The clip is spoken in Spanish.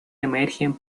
emergen